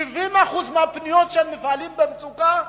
70% מהפניות של מפעלים במצוקה נדחות.